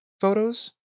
photos